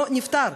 לא נפתר.